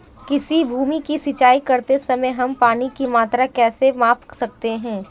किसी भूमि की सिंचाई करते समय हम पानी की मात्रा कैसे माप सकते हैं?